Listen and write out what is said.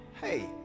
hey